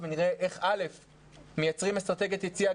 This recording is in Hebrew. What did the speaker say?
ושבה הייתה התפרצות בגימנסיה,